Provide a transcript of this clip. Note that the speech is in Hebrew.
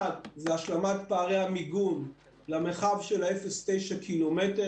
אחד, השלמת פערי המיגון למרחב של 0 9 קילומטרים.